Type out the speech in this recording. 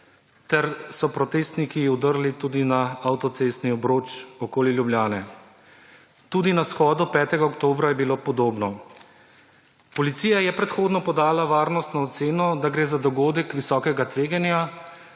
in protestniki so vdrli tudi na avtocestni obroč okoli Ljubljane. Tudi na shodu 5. oktobra je bilo podobno. Policija je predhodno podala varnostno oceno, da gre za dogodek visokega tveganja.